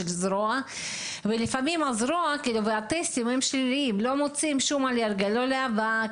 ולפעמים הבדיקות יוצאות שליליות ולא מוצאים אלרגיה לאבק,